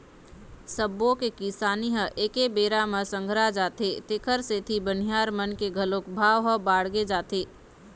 सब्बो के किसानी ह एके बेरा म संघरा जाथे तेखर सेती बनिहार मन के घलोक भाव ह बाड़गे जाथे